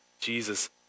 Jesus